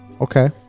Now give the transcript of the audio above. Okay